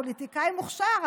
פוליטיקאי מוכשר,